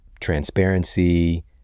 transparency